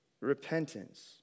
repentance